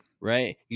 Right